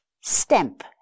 stamp